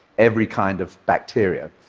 every kind of bacteria.